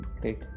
great